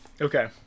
Okay